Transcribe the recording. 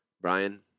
brian